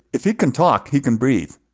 if he can talk, he can breathe.